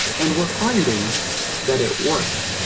and we're finding that it works.